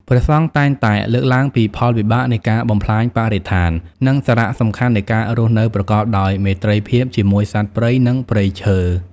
ព្រះសង្ឃតែងតែលើកឡើងពីផលវិបាកនៃការបំផ្លាញបរិស្ថាន និងសារៈសំខាន់នៃការរស់នៅប្រកបដោយមេត្រីភាពជាមួយសត្វព្រៃ និងព្រៃឈើ។